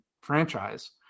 franchise